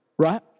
Right